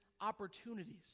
opportunities